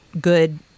good